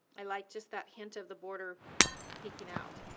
i like just that hint of the border peeking out.